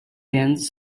tents